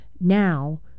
Now